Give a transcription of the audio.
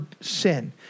sin